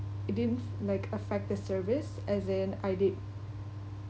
it didn't like affect the service as in I did